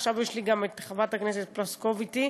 עכשיו יש לי גם את חברת הכנסת פלוסקוב אתי.